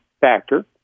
factor